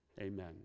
Amen